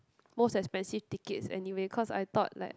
most expensive tickets anyways cause I thought like